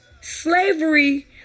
Slavery